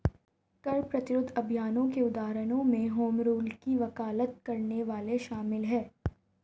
कर प्रतिरोध अभियानों के उदाहरणों में होम रूल की वकालत करने वाले शामिल हैं